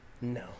No